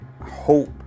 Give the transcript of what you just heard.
hope